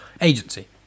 agency